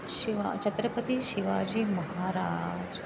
शिवः छत्रपतिः शिवाजी महाराजः